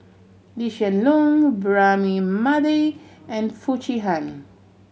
Lee Hsien Loong Braema Mathi and Foo Chee Han